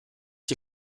die